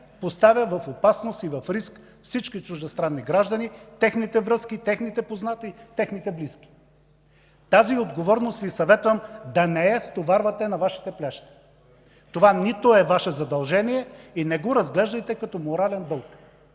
поставя в опасност и в риск всички чуждестранни граждани, техните връзки, техните познати, техните близки. Съветвам Ви да не стоварвате тази отговорност на Вашите плещи. Това нито е Ваше задължение, не го разглеждайте и като морален дълг.